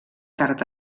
tard